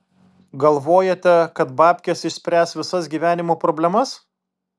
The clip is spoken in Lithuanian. galvojate kad babkės išspręs visas gyvenimo problemas